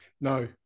No